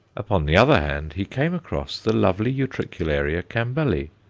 upon the other hand, he came across the lovely utricularia campbelli,